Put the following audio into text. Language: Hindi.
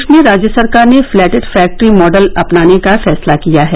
प्रदेश में राज्य सरकार ने प्लैटेड फैक्टरी मॉडल अपनाने का फैसला किया है